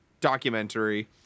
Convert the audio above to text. documentary